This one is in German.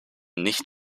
nicht